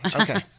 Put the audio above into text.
okay